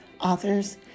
authors